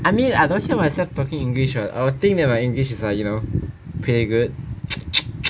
I mean I don't hear myself talking english what I will think that my english is like you know pretty good